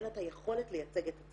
אין לה את היכולת לייצג את הצבא.